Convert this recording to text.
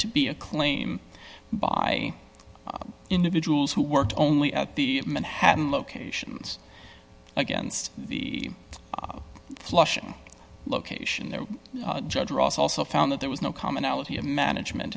to be a claim by individuals who worked only at the manhattan locations against the flushing location there judge ross also found that there was no commonality of management